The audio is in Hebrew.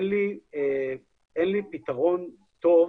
אין לי פתרון טוב,